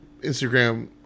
Instagram